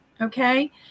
Okay